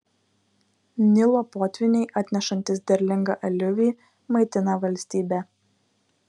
nilo potvyniai atnešantys derlingą aliuvį maitina valstybę